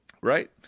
Right